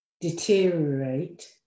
deteriorate